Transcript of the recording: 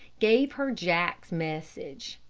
gave her jack's message.